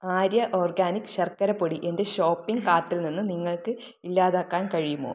Arya organic ശർക്കര പൊടി എന്റെ ഷോപ്പിംഗ് കാർട്ടിൽ നിന്ന് നിങ്ങൾക്ക് ഇല്ലാതാക്കാൻ കഴിയുമോ